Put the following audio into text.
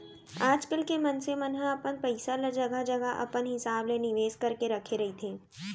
आजकल के मनसे मन ह अपन पइसा ल जघा जघा अपन हिसाब ले निवेस करके रखे रहिथे